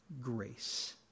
grace